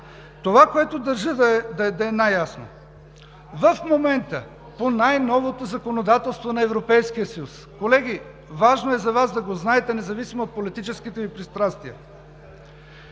Това, което държа да е най-ясно: в момента по най-новото законодателство на Европейския съюз – колеги, важно е за Вас да го знаете, независимо от политическите Ви пристрастия